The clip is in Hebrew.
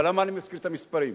אבל למה אני מזכיר את המספרים?